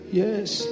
yes